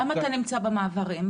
למה אתה נמצא במעברים?